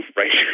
right